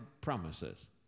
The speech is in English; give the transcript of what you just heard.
promises